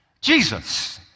Jesus